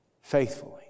faithfully